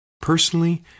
Personally